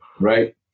Right